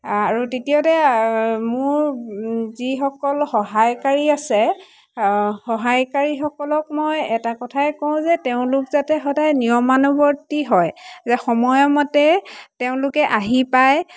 আৰু তৃতীয়তে মোৰ যিসকল সহায়কাৰী আছে সহায়কাৰীসকলক মই এটা কথাই কওঁ যে তেওঁলোক যাতে সদায় নিয়মানুৱৰ্তি হয় যে সময়মতে তেওঁলোকে আহি পায়